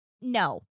No